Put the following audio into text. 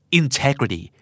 Integrity